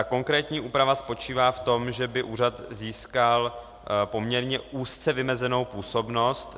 Konkrétní úprava spočívá v tom, že by úřad získal poměrně úzce vymezenou působnost.